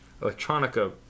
electronica